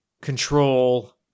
control